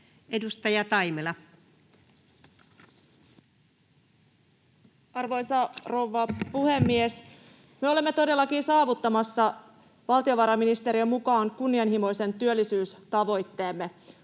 17:16 Content: Arvoisa rouva puhemies! Me olemme todellakin saavuttamassa valtiovarainministeriön mukaan kunnianhimoisen työllisyystavoitteemme,